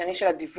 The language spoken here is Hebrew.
השני של הדיווח